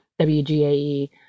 WGAE